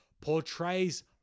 portrays